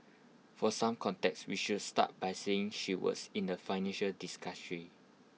for some context we should start by saying she works in the financial